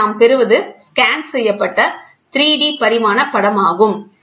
எனவே இங்கே நாம் பெறுவது ஸ்கேன் செய்யப்பட்ட 3 பரிமாண படம் ஆகும்